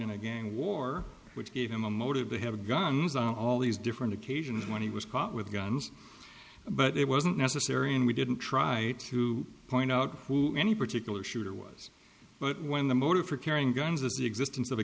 in a gang war which gave him a motive to have a gun all these different occasions when he was caught with guns but it wasn't necessary and we didn't try to point out any particular shooter was but when the motive for carrying guns is the existence of